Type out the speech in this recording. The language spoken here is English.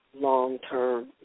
long-term